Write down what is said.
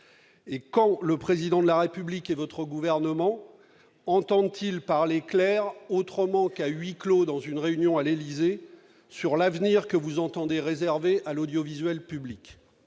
quand le Président de la République et le Gouvernement entendent-ils parler clair, autrement qu'à huis clos lors d'une réunion à l'Élysée, sur l'avenir que vous entendez réserver à l'audiovisuel public ?